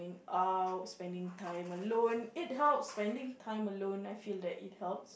out spending time alone it helps spending time alone I feel that it helps